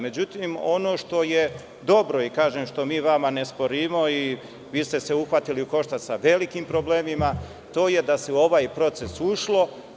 Međutim, ono što je dobro, što mi vama ne sporimo, vi ste se uhvatili u koštac sa velikim problemima, to je da se u ovaj proces ušlo.